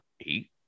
eight